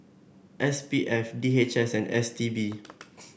S P F D H S and S T B